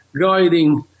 guiding